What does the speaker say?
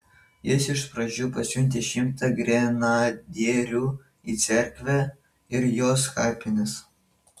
jis iš pradžių pasiuntė šimtą grenadierių į cerkvę ir jos kapines